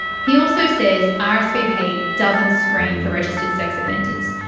he also says ah rsvp doesn't screen for registered sex offenders,